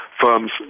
firms